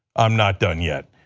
i'm not done yet.